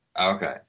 Okay